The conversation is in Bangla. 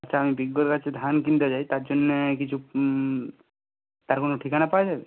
আচ্ছা আমি বিজ্ঞর কাছে ধান কিনতে যাই তার জন্যে কিছু তার কোনো ঠিকানা পাওয়া যাবে